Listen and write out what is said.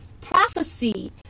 prophecy